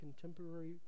contemporary